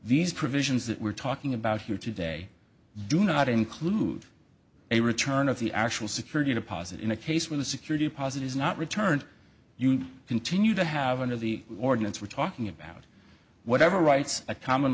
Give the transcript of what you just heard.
these provisions that we're talking about here today do not include a return of the actual security deposit in a case where the security deposit is not returned you continue to have under the ordinance we're talking about whatever rights a common